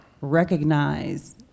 recognize